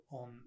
on